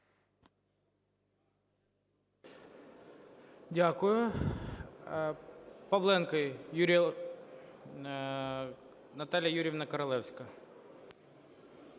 Дякую. Павленко Юрій. Наталія Юріївна Королевська.